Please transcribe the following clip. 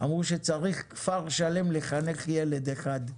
שצריך כפר שלם כדי לחנך ילד אחד.